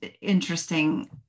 interesting